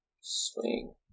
Swing